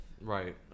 Right